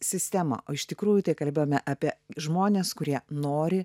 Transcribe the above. sistemą o iš tikrųjų tai kalbėjome apie žmones kurie nori